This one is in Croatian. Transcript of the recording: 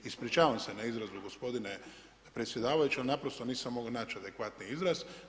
Ispričavam se na izrazu gospodine predsjedavajući, ali naprosto nisam mogao naći adekvatni izraz.